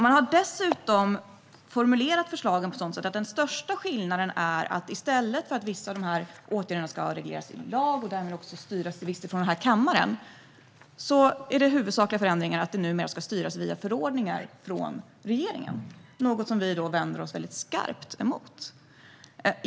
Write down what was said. Man har dessutom formulerat förslaget på ett sådant sätt att den största skillnaden är att i stället för att vissa av åtgärderna ska regleras i lag och därmed till viss del styras från denna kammare ska de numera styras via förordningar från regeringen, något som vi vänder oss skarpt emot.